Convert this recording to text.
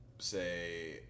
Say